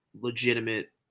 legitimate